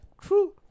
True